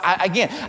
again